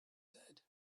said